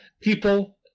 people